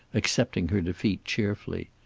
accepting her defeat cheerfully.